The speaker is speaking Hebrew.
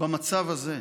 במצב הזה.